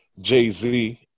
Jay-Z